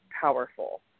powerful